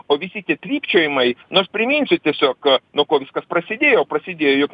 o visi tie trypčiojimai nors priminsiu tiesiog nuo ko viskas prasidėjo prasidėjo juk